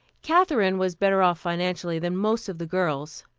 katherine was better off financially than most of the girls.